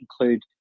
include